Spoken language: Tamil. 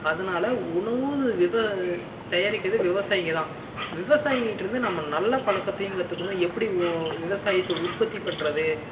அதனால் உணவும் விவ தயாரிக்கிறது விவசாயிக தான் விவசாயிங்கக்கிட்டேருந்து நம்ம நல்லப் பழக்கத்தையும் கற்றுக்கணும் எப்படி உ விவசாயத்தை உற்பத்திப் பண்ணுறது